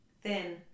thin